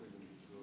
עד עשר דקות